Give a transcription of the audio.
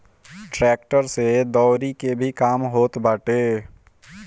tractor से दवरी के भी काम होत बाटे